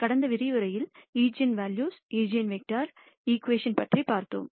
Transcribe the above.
கடந்த விரிவுரையில் eigenvalue eigenvector equation பற்றி பார்த்தோம்